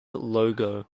logo